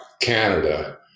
Canada